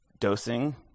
dosing